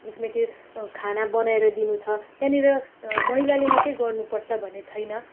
जसमा कि खाना बनाएर दिनु छ त्यहाँनिर महिलाले मात्रै गर्नुपर्छ भन्ने छैन